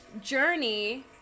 journey